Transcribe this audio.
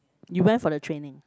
you went for the training